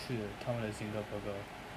是他们的 zinger burger